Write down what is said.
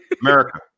America